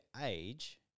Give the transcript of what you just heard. age